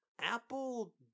Apple